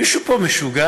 מישהו פה משוגע?